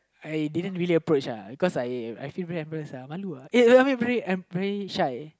I didn't really approach uh because I I feel very embarrassed uh you want to uh no no I mean very shy